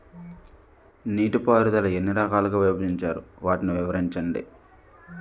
నీటిపారుదల ఎన్ని రకాలుగా విభజించారు? వాటి వివరించండి?